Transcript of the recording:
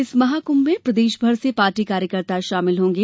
इस महाकृभ में प्रदेशभर से पार्टी कार्यकर्ता शामिल होंगे